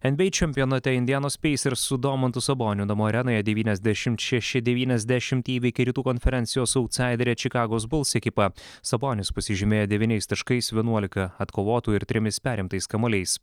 nba čempionate indianos peisers ir su domantu saboniu namų arenoje devyniasdešimt šeši devyniasdešimt įveikė rytų konferencijos autsaiderę čikagos buls ekipą sabonis pasižymėjo devyniais taškais vienuolika atkovotų ir trimis perimtais kamuoliais